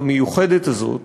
המיוחדת הזאת